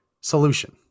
solution